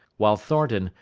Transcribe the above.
while thornton,